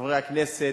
חברי הכנסת,